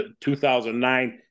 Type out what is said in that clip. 2009